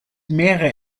mehrere